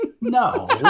No